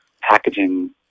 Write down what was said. packaging